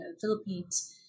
philippines